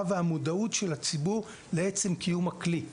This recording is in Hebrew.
והמודעות של הציבור לעצם קיום הכלי.